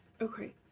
Okay